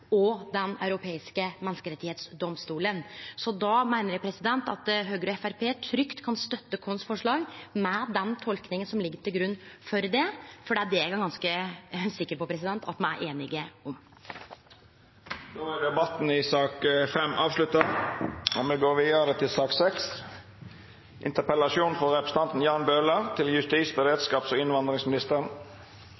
og Den europeiske menneskerettsdomstolen. Eg meiner at Høgre og Framstegspartiet trygt kan støtte forslaget vårt med den tolkinga som ligg til grunn for det, for det er eg ganske sikker på at me er einige om. Fleire har ikkje bedt om ordet til sak